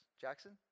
Jackson